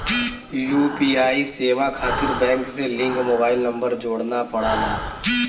UPI सेवा खातिर bank से लिंक मोबाइल नंबर जोड़ना पड़ला